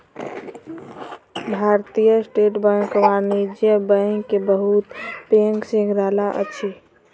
भारतीय state bank वाणिज्य bank के बहुत पैघ श्रृंखला अछि